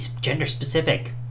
gender-specific